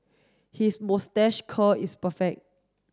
his moustache curl is perfect